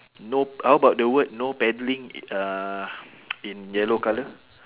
no p~ how about the word no paddling in uh in yellow colour